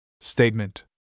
statement